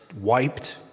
wiped